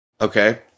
Okay